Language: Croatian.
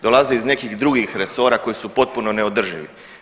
Dolaze iz nekih drugih resora koji su potpuno neodrživi.